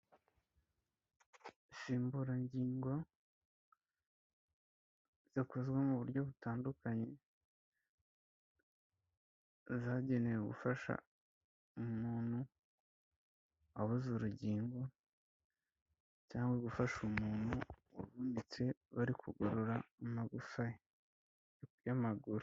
Insimburangingo zikozwe mu buryo butandukanye, zagenewe gufasha umuntu wabuze urugingo cyangwa gufasha umuntu wavutse, bari kugorora amagufa ye y'amaguru.